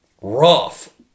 rough